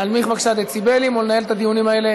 להנמיך בבקשה דציבלים ולנהל את הדיונים האלה